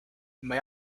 may